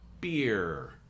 Beer